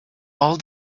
all